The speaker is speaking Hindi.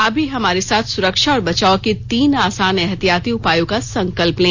आप भी हमारे साथ सुरक्षा और बचाव के तीन आसान एहतियाती उपायों का संकल्प लें